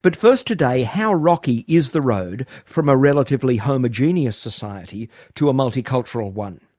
but first today, how rocky is the road from a relatively homogeneous society to a multicultural one?